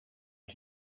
est